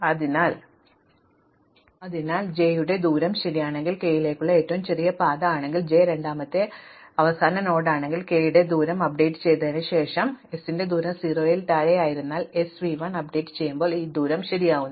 അതിനാൽ j യുടെ ദൂരം ശരിയാണെങ്കിൽ k യിലേക്കുള്ള ഏറ്റവും ചെറിയ പാത ആണെങ്കിൽ j രണ്ടാമത്തെ അവസാന നോഡാണെങ്കിൽ k ന്റെ ദൂരം അപ്ഡേറ്റിന് ശേഷം ശരിയാണ് അതിനാൽ s ന്റെ ദൂരം 0 ന് താഴെയായിരുന്നതിനാൽ sv 1 അപ്ഡേറ്റ് ചെയ്യുമ്പോൾ ഇത് ദൂരം ശരിയാകുന്നു